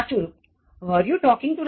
સાચું રુપ Were you talking to Rajesh